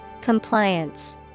Compliance